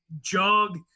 jog